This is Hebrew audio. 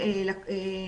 נכון